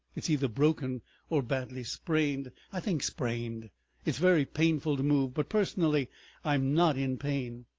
it's either broken or badly sprained i think sprained it's very painful to move, but personally i'm not in pain.